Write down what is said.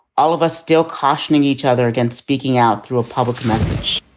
all of us still cautioning each other against speaking out through a public message.